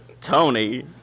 Tony